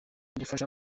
ugufasha